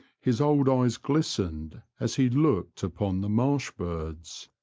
his old eyes glistened as he looked upon the marsh birds.